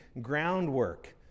groundwork